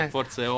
forse